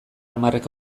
hamarrek